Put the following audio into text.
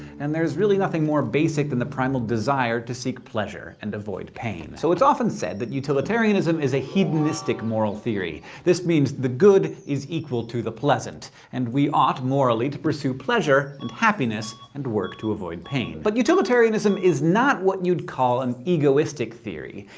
and there's really nothing more basic than the primal desire to seek pleasure and avoid pain. so, it's often said that utilitarianism is a hedonistic moral theory this means the good is equal to the pleasant, and we ought, morally, to pursue pleasure and happiness, and work to avoid pain. but, utilitarianism is not what you'd call an egoistic theory.